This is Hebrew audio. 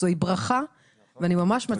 זוהי ברכה ואני ממש מצדיעה.